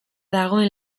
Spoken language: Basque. dagoen